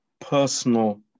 personal